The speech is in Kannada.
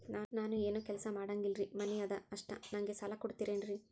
ನಾನು ಏನು ಕೆಲಸ ಮಾಡಂಗಿಲ್ರಿ ಮನಿ ಅದ ಅಷ್ಟ ನನಗೆ ಸಾಲ ಕೊಡ್ತಿರೇನ್ರಿ?